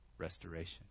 Restoration